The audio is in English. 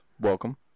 welcome